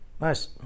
Nice